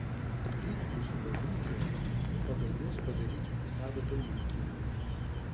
rytprūsių bažnyčioje ir pagal juos padaryti fasadą tolminkiemiui